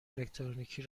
الکترونیکی